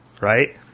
right